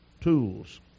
tools